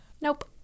Nope